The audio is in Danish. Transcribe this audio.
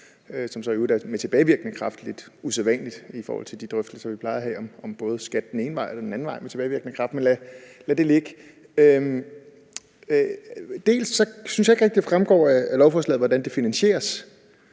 som så i øvrigt er med tilbagevirkende kraft, hvilket er lidt usædvanligt i forhold til de drøftelser, vi plejer at have om både skat den ene vej og den anden vej, men lad det ligge. Jeg synes ikke rigtig, at det fremgår, hvordan det finansieres